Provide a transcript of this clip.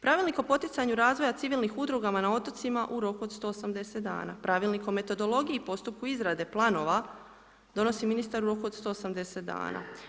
Pravilnik o poticanju razvoja civilnih udrugama na otocima u roku od 180 dana, Pravilnik o metodologiji postupku izrade planova, donosi ministra u roku od 180 dana.